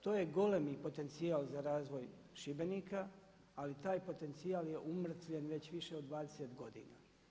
To je golemi potencijal za razvoj Šibenika ali taj potencijal je umrtvljen već više od 20 godina.